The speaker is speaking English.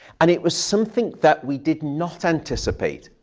and it was something that we did not anticipate.